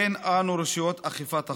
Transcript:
אין אנו רשויות אכיפת החוק.